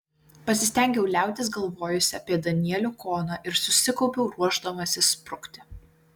pasistengiau liautis galvojusi apie danielių koną ir susikaupiau ruošdamasi sprukti